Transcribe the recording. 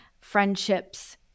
friendships